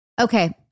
Okay